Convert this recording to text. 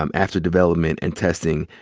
um after development and testing,